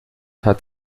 hat